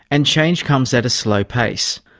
and change comes at a slow pace.